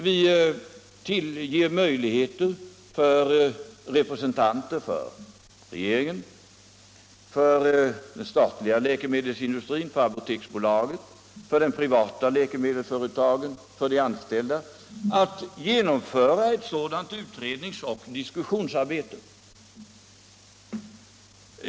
Vi ger möjligheter för representanter för regeringen, för statliga läkemedelsindustrier, för Apoteksbolaget, för de privata läkemedelsföretagen och för de anställda att genomföra ett sådant utredningsoch diskussionsarbete.